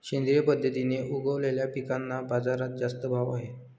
सेंद्रिय पद्धतीने उगवलेल्या पिकांना बाजारात जास्त भाव आहे